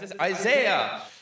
Isaiah